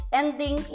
ending